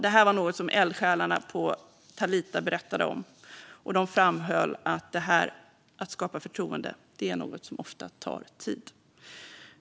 Det här var något eldsjälarna på Talita berättade om, och de framhöll att det här att skapa förtroende är något som ofta tar tid.